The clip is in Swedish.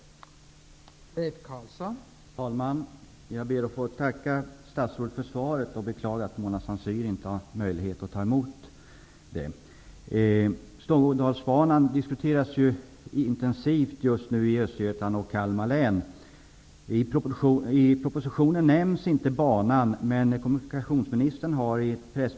Då Mona Saint Cyr, som framställt frågan, anmält att hon var förhindrad att närvara vid sammanträdet, medgav talmannen att Leif Carlson i stället fick delta i överläggningen.